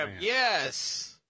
Yes